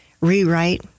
rewrite